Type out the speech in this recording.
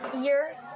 years